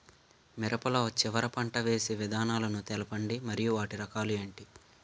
మిరప లో చివర పంట వేసి విధానాలను తెలపండి మరియు వాటి రకాలు ఏంటి